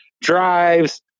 drives